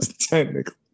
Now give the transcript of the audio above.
technically